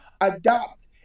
adopt